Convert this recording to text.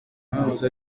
ahahoze